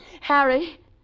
Harry